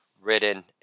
written